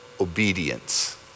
obedience